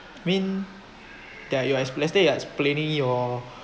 mean there's you let say you're explaining your